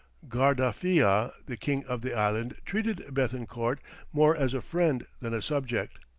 guardafia, the king of the island, treated bethencourt more as a friend than a subject.